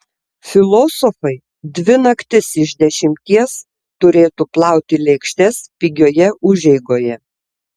filosofai dvi naktis iš dešimties turėtų plauti lėkštes pigioje užeigoje